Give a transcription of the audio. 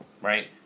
right